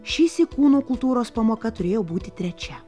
šįsyk kūno kultūros pamoka turėjo būti trečia